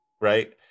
right